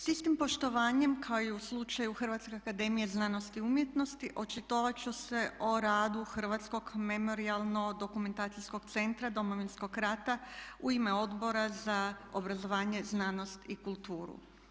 S istim poštovanjem kao i u slučaju Hrvatske akademije znanosti i umjetnosti očitovati ću se o radu Hrvatskog memorijalno-dokumentacijskog centra Domovinskog rata u ime Odbora za obrazovanje, znanost i kulturu.